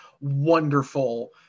wonderful